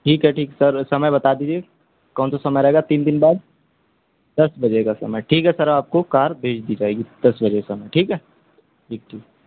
ٹھیک ہے ٹھیک سر سمے بتا دیجیے کون سا سمے رہے گا تین دن بعد دس بجے کا سمے ٹھیک ہے سر آپ کو کار بھیج دی جائے گی دس بجے کے سمے ٹھیک ہے ٹھیک ٹھیک